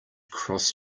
cross